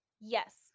Yes